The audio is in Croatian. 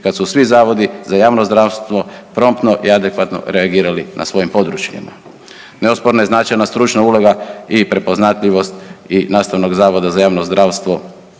kad su svi zavodi za javno zdravstvo promptno i adekvatno reagirali na svojim područjima. Neosporna je značajna stručna uloga i prepoznatljivost i Nastavnog zavoda za javno zdravstvo